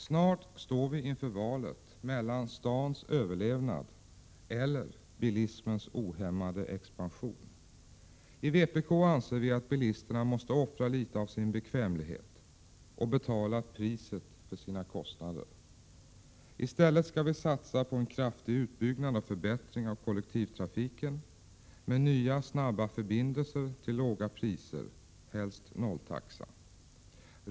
Snart står vi inför valet mellan stadens överlevnad och bilismens ohämmade expansion. I vpk anser vi att bilisterna måste offra litet av sin bekvämlighet och betala vad bilismen kostar. I stället skall vi satsa på en kraftig utbyggnad och förbättring av kollektivtrafiken, med nya, snabba förbindelser till låga priser, helst nolltaxa.